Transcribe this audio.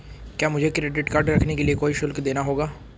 क्या मुझे credit card रखने के लिए कोई शुल्क देना होगा?